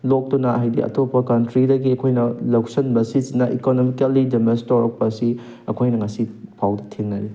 ꯂꯣꯛꯇꯨꯅ ꯍꯥꯏꯗꯤ ꯑꯇꯣꯞꯄ ꯀꯟꯇ꯭ꯔꯤꯗꯒꯤ ꯑꯩꯈꯣꯏꯅ ꯂꯧꯁꯟꯕ ꯁꯤꯁꯤꯅ ꯏꯀꯣꯅꯣꯃꯤꯀꯦꯜꯂꯤ ꯗꯦꯃꯦꯖ ꯇꯧꯔꯛꯄ ꯑꯁꯤ ꯑꯩꯈꯣꯏꯅ ꯉꯁꯤꯐꯥꯎ ꯊꯦꯡꯅꯔꯤ